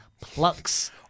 plucks